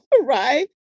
right